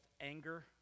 anger